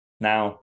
Now